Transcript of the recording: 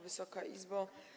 Wysoka Izbo!